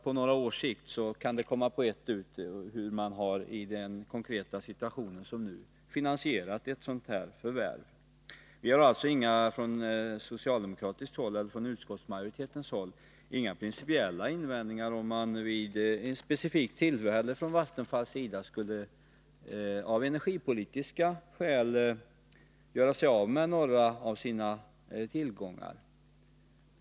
På några års sikt kan det alltså komma på ett ut hur man i en konkret situation som den nuvarande har finansierat förvärvet. Vi har alltså från utskottsmajoritetens håll inga principiella invändningar mot att Vattenfall vid ett specifikt tillfälle av energipolitiska skäl gör sig av med några av sina tillgångar.